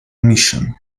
mission